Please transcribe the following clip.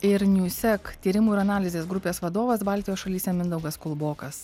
ir nju sek tyrimų ir analizės grupės vadovas baltijos šalyse mindaugas kulbokas